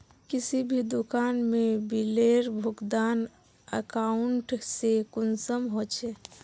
किसी भी दुकान में बिलेर भुगतान अकाउंट से कुंसम होचे?